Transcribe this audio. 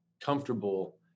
comfortable